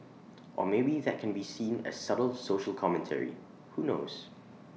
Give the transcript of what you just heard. or maybe that can be seen as subtle social commentary who knows